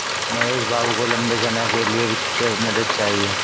महेश भाऊ को लंबे समय के लिए वित्तीय मदद चाहिए